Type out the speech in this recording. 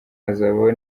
hazabaho